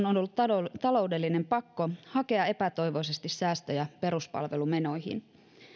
on on ollut taloudellinen pakko hakea epätoivoisesti säästöjä peruspalvelumenoihin